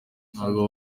ntabwo